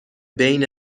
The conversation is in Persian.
بین